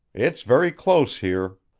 it's very close here.